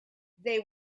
they